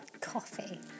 Coffee